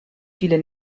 viele